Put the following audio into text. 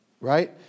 right